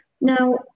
now